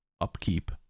upkeep